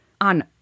on